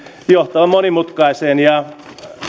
johtavan monimutkaiseen ja